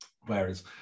whereas